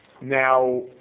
Now